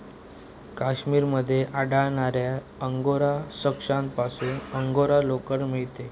काश्मीर मध्ये आढळणाऱ्या अंगोरा सशापासून अंगोरा लोकर मिळते